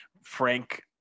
Frank